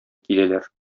киләләр